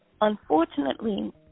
unfortunately